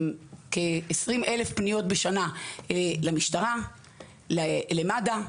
כ-20,000 פניות בשנה למשטרה ולמד"א.